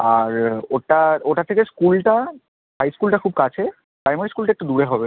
আর ওটা ওটার থেকে স্কুলটা হাই স্কুলটা খুব কাছে প্রাইমারি স্কুলটা একটু দূরে হবে